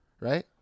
right